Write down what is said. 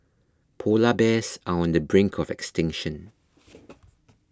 Polar Bears are on the brink of extinction